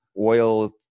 oil